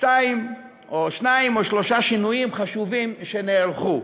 שניים או שלושה שינויים חשובים שנערכו.